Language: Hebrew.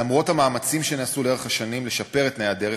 למרות המאמצים שנעשו לאורך השנים לשפר את תנאי הדרך,